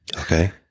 Okay